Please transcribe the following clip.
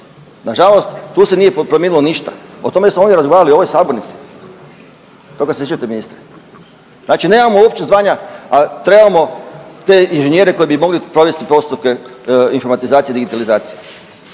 nažalost tu se nije promijenilo ništa, o tome smo ovdje razgovarali u ovoj sabornici, toga se sjećate ministre? Znači nemamo uopće zvanja, a trebamo te inženjere koji bi mogli provesti postupke informatizacije i digitalizacije.